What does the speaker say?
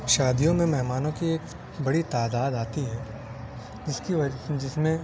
شادیوں میں مہمانوں کی ایک بڑی تعداد آتی ہے جس کی وجہ سے جس میں